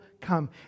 come